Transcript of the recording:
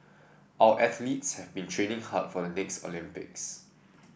our athletes have been training hard for the next Olympics